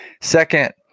Second